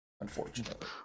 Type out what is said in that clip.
unfortunately